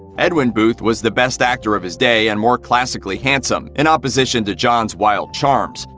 edwin booth was the best actor of his day and more classically handsome, in opposition to john's wild charms.